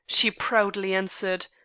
she proudly answered,